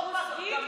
גם